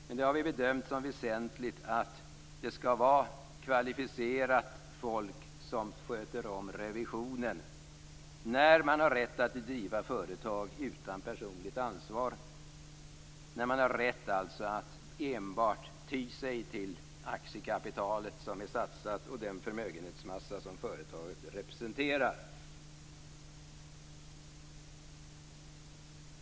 Men vi har bedömt det som väsentligt att kvalificerat folk sköter om revisionen. Detta gäller då man har rätt att driva företag utan personligt ansvar och alltså har rätt att enbart ty sig till det aktiekapital som är satsat och den förmögenhetsmassa som företaget representerar.